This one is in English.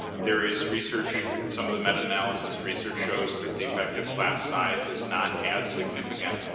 there is research, some of the meta-analysis research shows that the effect of class size is not as significant.